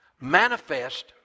manifest